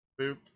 Boop